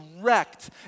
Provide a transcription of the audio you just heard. wrecked